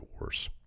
worse